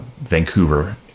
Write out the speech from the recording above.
Vancouver